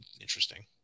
interesting